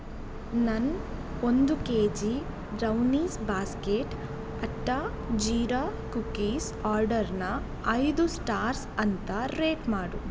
ನನ್ನ ಒಂದು KG brownies basket atta jeera cookies ಆರ್ಡರನ್ನ ಐದು ಸ್ಟಾರ್ಸ್ ಅಂತ ರೇಟ್ ಮಾಡು